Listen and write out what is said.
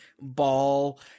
ball